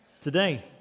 today